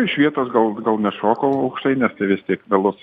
iš vietos gal gal nešokau aukštai nes vis tik vėlus